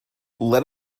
let